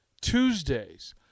Tuesdays